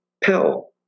pill